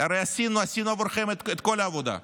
הרי עשינו בעבורכם את כל העבודה,